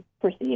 proceed